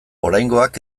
oraingoak